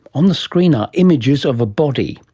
on the screen are images of a body.